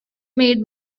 made